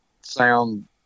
sound